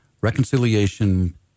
Reconciliation